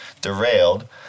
derailed